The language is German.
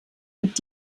mit